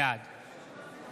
בעד